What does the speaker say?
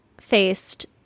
faced